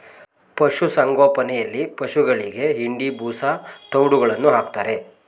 ಪಶುಸಂಗೋಪನೆಯಲ್ಲಿ ಪಶುಗಳಿಗೆ ಹಿಂಡಿ, ಬೂಸಾ, ತವ್ಡುಗಳನ್ನು ಹಾಕ್ತಾರೆ